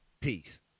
Peace